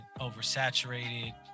oversaturated